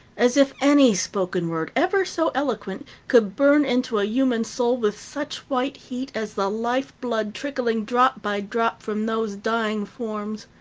as if any spoken word, ever so eloquent, could burn into a human soul with such white heat as the life blood trickling drop by drop from those dying forms.